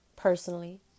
Personally